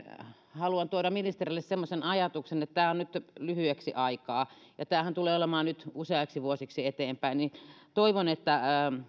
haluan tuoda ministerille semmoisen ajatuksen että vaikka tämä on nyt lyhyeksi aikaa niin tämähän tulee olemaan nyt useiksi vuosiksi eteenpäin toivon että